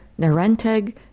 Narenteg